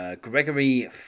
gregory